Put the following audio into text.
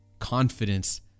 confidence